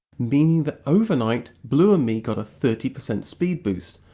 meaning that overnight blue and me got a thirty percent speed boost,